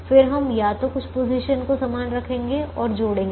फिर हम या तो कुछ पोजीशन को समान रखेंगे और जोड़ेंगे